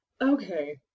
Okay